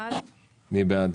מי בעד?